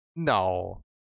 no